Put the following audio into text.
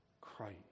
Christ